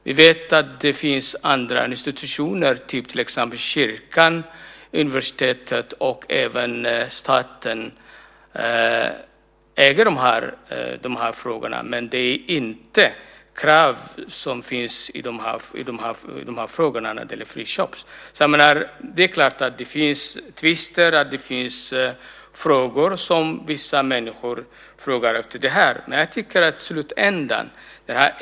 Vi vet att det finns institutioner som till exempel kyrkan, universitet och även staten som äger de här frågorna, men det finns inte krav i de här frågorna när det gäller friköp. Det är klart att det finns tvister och att det finns vissa människor som frågar efter det här.